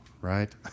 Right